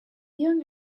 young